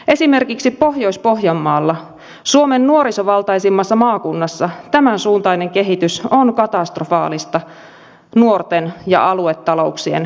esimerkiksi pohjois pohjanmaalla suomen nuorisovaltaisimmassa maakunnassa tämänsuuntainen kehitys on katastrofaalista nuorten ja aluetalouksien kannalta